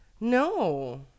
no